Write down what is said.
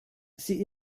sie